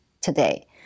today